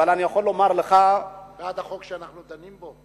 אבל אני יכול לומר לך, בעד החוק שאנחנו דנים בו.